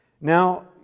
now